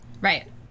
Right